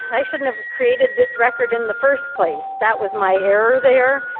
i shouldn't have created this record in the first place, that was my error there.